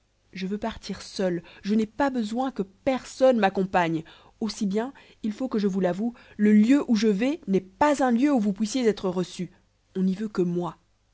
je veux partir seul je n'ai pas besoin que personne m'accompagne aussi bien il faut que je vous l'avoue le lieu où je vais n'est pas un lieu où vous puissiez être reçu on n'y veut que moi